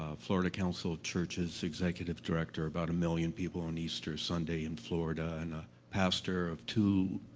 florida council of churches, executive director, about a million people on easter sunday in florida and a pastor of two,